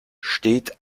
steht